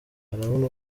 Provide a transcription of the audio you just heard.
urabona